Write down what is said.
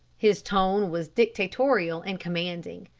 his tone was dictatorial and commanding.